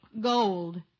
Gold